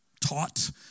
taught